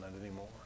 anymore